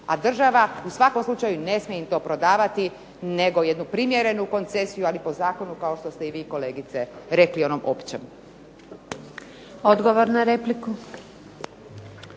a država u svakom slučaju ne smije im to prodavati nego jednu primjerenu koncesiju, ali po zakonu kao što ste i vi kolegice rekli onom općom. **Antunović, Željka